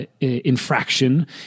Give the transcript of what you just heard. infraction